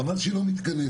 חבל שהיא לא מתכנסת.